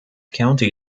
county